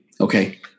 Okay